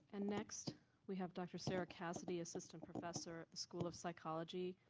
and next we have dr. sarah cassidy, assistant professor, school of psychology,